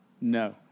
No